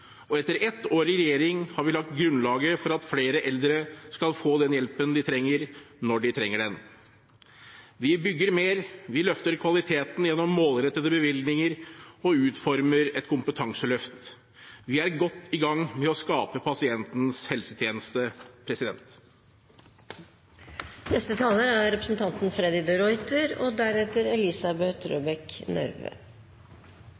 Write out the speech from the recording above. og etter ett år i regjering har vi lagt grunnlaget for at flere eldre skal få den hjelpen de trenger, når de trenger den. Vi bygger mer, vi løfter kvaliteten gjennom målrettede bevilgninger og utformer et kompetanseløft. Vi er godt i gang med å skape pasientens helsetjeneste. Høyre fikk tilslutning til sin retorikk om nye ideer og